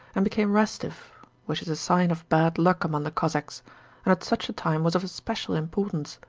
and became restive which is a sign of bad luck among the cossacks, and at such a time was of special importance.